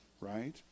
right